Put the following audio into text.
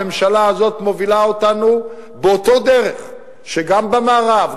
הממשלה הזאת מובילה אותנו באותה דרך שגם במערב,